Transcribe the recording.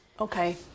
Okay